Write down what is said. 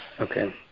Okay